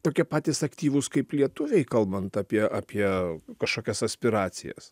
tokie patys aktyvūs kaip lietuviai kalbant apie apie kažkokias aspiracijas